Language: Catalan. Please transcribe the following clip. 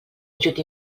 ajut